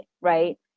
right